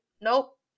nope